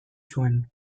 zuen